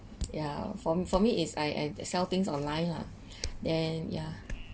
yeah for for me is I I sell things online lah then yeah